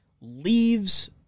leaves